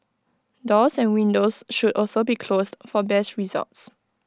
doors and windows should also be closed for best results